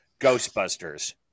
Ghostbusters